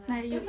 like 有